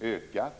ökat.